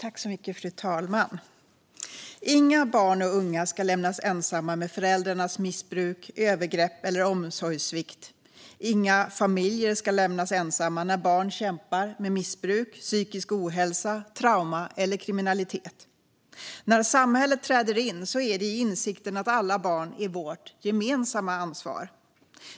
Fru talman! Inga barn och unga ska lämnas ensamma med föräldrarnas missbruk, övergrepp eller omsorgssvikt. Inga familjer ska lämnas ensamma när barn kämpar med missbruk, psykisk ohälsa, trauma eller kriminalitet. När samhället träder in är det med insikten att alla barn är vårt gemensamma ansvar.